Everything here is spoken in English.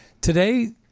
today